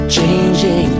Changing